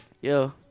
Yo